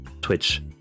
Twitch